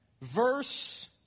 verse